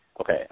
Okay